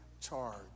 charge